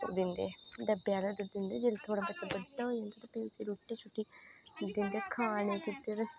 दिंदे डव्वे आहला दुद्ध दिंदे थोह्ड़ा फिह् उसी रुट्टी शुट्टी दिंदे